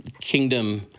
kingdom